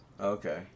Okay